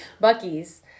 Bucky's